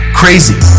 crazy